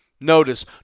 Notice